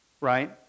right